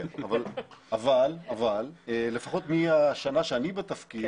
כן, אבל, לפחות מהשנה שאני בתפקיד